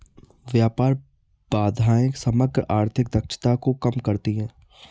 व्यापार बाधाएं समग्र आर्थिक दक्षता को कम करती हैं